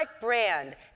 brand